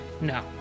no